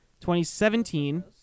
2017